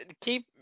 keep